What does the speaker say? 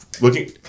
looking